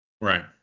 Right